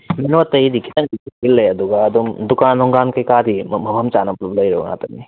ꯑꯇꯩꯗꯤ ꯈꯤꯇꯪꯗꯤ ꯄꯤꯛꯁꯤꯜꯂꯦ ꯑꯗꯨꯒ ꯑꯗꯨꯝ ꯗꯨꯀꯥꯟ ꯅꯨꯡꯒꯥꯟ ꯀꯩꯀꯥꯗꯤ ꯃꯐꯝ ꯆꯥꯅ ꯄꯨꯜꯂꯞ ꯂꯩꯔꯕ ꯉꯥꯛꯇꯅꯤ